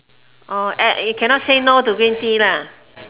orh you cannot say no to green tea lah